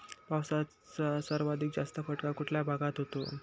पावसाचा सर्वाधिक जास्त फटका कुठल्या भागात होतो?